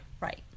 right